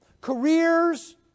Careers